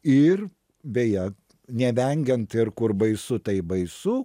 ir beje nevengiant ir kur baisu tai baisu